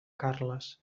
carles